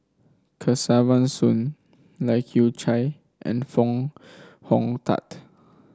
Kesavan Soon Lai Kew Chai and Foo Hong Tatt